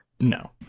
No